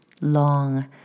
long